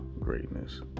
greatness